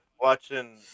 watching